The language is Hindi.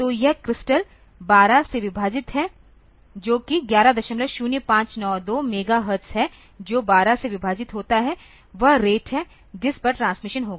तो यह क्रिस्टल 12 से विभाजित है जो कि 110592 मेगा हर्ट्ज है जो 12 से विभाजित होता है वह रेट है जिस पर ट्रांसमिशन होगा